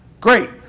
Great